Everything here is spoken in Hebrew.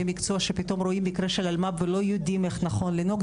מקצוע שפתאום רואים מקרה של אלמ"ב ולא יודעים איך נכון לנהוג.